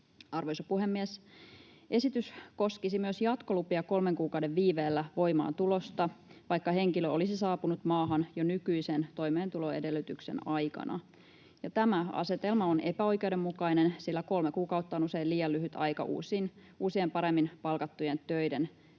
Arvoisa puhemies! Esitys koskisi myös jatkolupia kolmen kuukauden viiveellä voimaantulosta, vaikka henkilö olisi saapunut maahan jo nykyisen toimeentuloedellytyksen aikana. Tämä asetelma on epäoikeudenmukainen, sillä kolme kuukautta on usein liian lyhyt aika uusien, paremmin palkattujen töiden löytämiseen.